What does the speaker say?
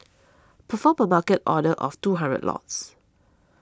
perform a Market order of two hundred lots